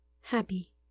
happy